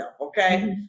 Okay